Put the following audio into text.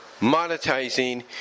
monetizing